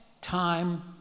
time